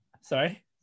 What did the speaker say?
Sorry